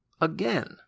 Again